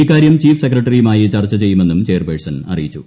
ഇക്കാര്യം ചീഫ് സെക്രട്ടറിയുമായി ചർച്ച ചെയ്യുമെന്നും ചെയർപേഴ്സൺ അറിയിച്ചു